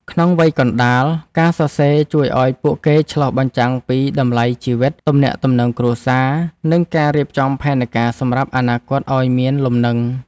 ក្នុងវ័យកណ្ដាល ការសរសេរជួយឱ្យពួកគេឆ្លុះបញ្ចាំងពីតម្លៃជីវិត ទំនាក់ទំនងគ្រួសារ និងការរៀបចំផែនការសម្រាប់អនាគតឱ្យមានលំនឹង។